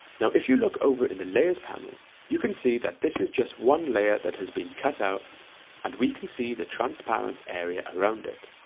now if you look over in the layers panel you can see that this is just one layer that has been cut out and we can see the transparent area around it.